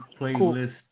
playlist